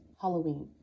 Halloween